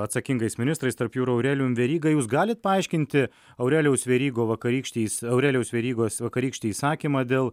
atsakingais ministrais tarp jų ir aurelijum veryga jūs galit paaiškinti aurelijaus verygo vakarykštį aurelijaus verygos vakarykštį įsakymą dėl